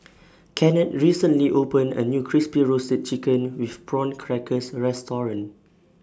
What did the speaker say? Kennard recently opened A New Crispy Roasted Chicken with Prawn Crackers Restaurant